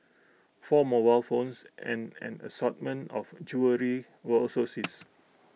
four mobile phones and an assortment of jewellery were also seized